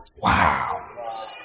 Wow